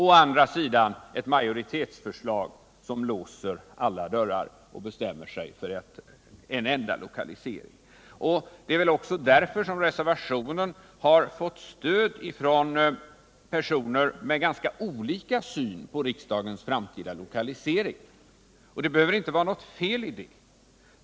Å andra sidan har vi ett majoritetsförslag som låser alla dörrar och ger utrymme för endast en lokalisering. Reservationen har därför fått stöd av personer med ganska olika syn på frågan om riksdagens framtida lokalisering. Det behöver inte vara något fel i det.